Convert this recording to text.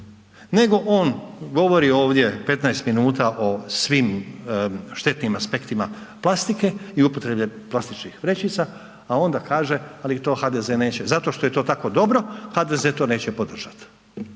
Nego on govori ovdje 15 min o svim štetnim aspektima plastike i upotrebe plastičnih vrećica a onda kaže ali to HDZ neće zato što je tako dobro, HDZ to neće podržat.